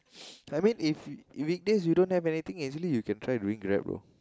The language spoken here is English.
I mean if weekdays you don't have anything actually you can try doing grab bro